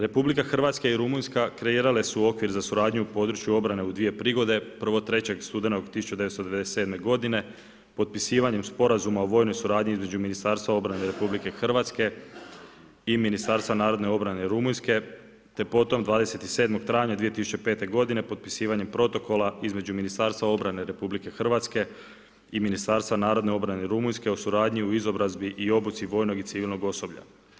RH i Rumunjska kreirale su okvir za suradnju u području obrane u 2 prigode, prvo 3. studenog 1997. g., potpisivanjem sporazuma o vojnoj suradnji između Ministarstva obrane RH i Ministarstva narodne obrane Rumunjske, te potom 27. travnja 2005. g. potpisivanjem protokola između Ministarstva obrane RH i Ministarstva narodne obrane Rumunjske, o suradnji i izobrazbi i obuci vojnog i civilnog osoblja.